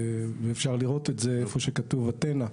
ואפשר לראות את זה איפה שכתוב "אתנה",